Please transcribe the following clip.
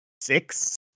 six